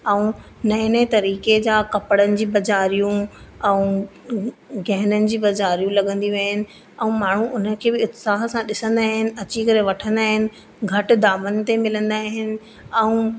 ऐं नये नये तरीक़े जा कपिड़नि जी बजारियूं ऐं गहननि जूं बाजारियूं लॻंदियूं आहिनि ऐं माण्हू उन खे बि उत्साह सां ॾिसंदा आहिनि अची करे वठंदा आहिनि घटि दामनि ते मिलंदा आहिनि ऐं